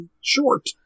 short